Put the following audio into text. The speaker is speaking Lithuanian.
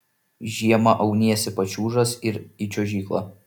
žiemą auniesi pačiūžas ir į čiuožyklą